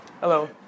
Hello